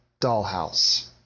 dollhouse